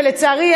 ולצערי,